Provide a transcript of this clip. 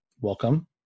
welcome